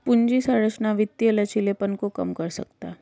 पूंजी संरचना वित्तीय लचीलेपन को कम कर सकता है